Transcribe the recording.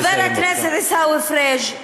חבר הכנסת עיסאווי פריג',